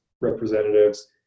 representatives